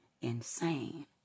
insane